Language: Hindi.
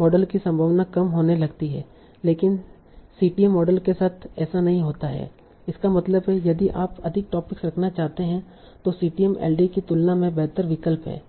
मॉडल की संभावना कम होने लगती है लेकिन सीटीएम मॉडल के साथ ऐसा नहीं होता है इसका मतलब है यदि आप अधिक टॉपिक्स रखना चाहते हैं तो सीटीएम एलडीए की तुलना में बेहतर विकल्प है